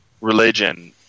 religion